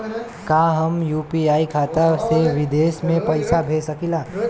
का हम यू.पी.आई खाता से विदेश म पईसा भेज सकिला?